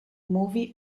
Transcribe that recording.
movie